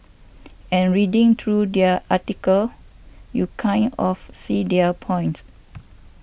and reading through their article you kind of see their point